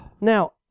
now